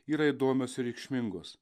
yra įdomios ir reikšmingos